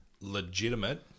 legitimate